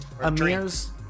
Amir's